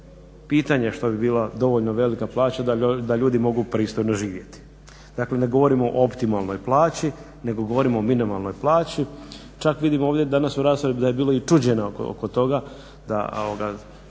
pitanje što bi bila dovoljno velika plaća da ljudi mogu pristojno živjeti, dakle ne govorimo o optimalnoj plaći nego govorimo o minimalnoj plaći, čak vidimo ovdje danas u raspravi da je bilo čuđenja oko toga